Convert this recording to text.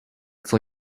for